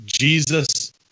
Jesus